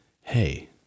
Hey